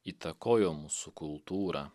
įtakojo mūsų kultūrą